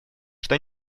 что